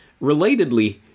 Relatedly